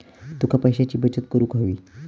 तुका पैशाची बचत करूक हवी